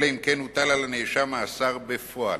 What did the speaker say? אלא אם כן הוטל על הנאשם מאסר בפועל.